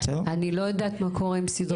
אני לא יודעת מה קורה עם סדרי העדיפויות שלנו.